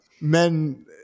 men